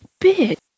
bit